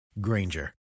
Granger